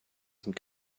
sind